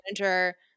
manager